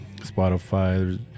Spotify